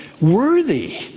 worthy